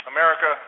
America